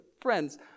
friends